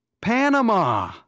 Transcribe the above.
Panama